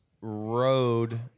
road